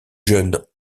jeune